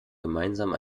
gemeinsam